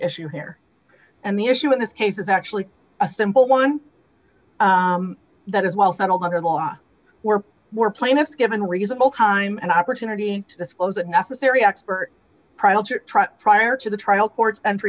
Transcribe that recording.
issue here and the issue in this case is actually a simple one that is well settled under the law were more plaintiffs given reasonable time and opportunity to disclose that necessary expert prior to the trial court's entry